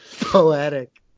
poetic